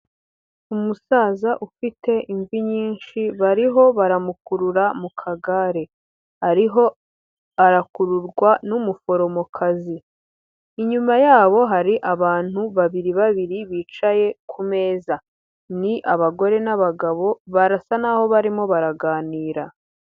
Umusaza ufite imvi nyinshi bariho baramukurura mu kagare, ariho arakururwa n'umuforomokazi, inyuma yabo hari abantu babiri babiri bicaye ku meza, ni abagore n'abagabo barasa n'aho barimo baraganira.